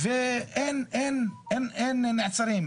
ואין נעצרים.